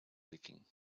leaking